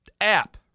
app